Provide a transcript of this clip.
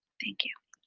thank you.